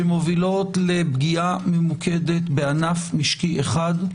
שמובילות לפגיעה ממוקדת בענף משקי אחד,